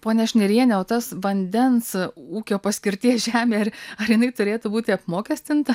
ponia šniriene o tas vandens ūkio paskirties žemė ar jinai turėtų būti apmokestinta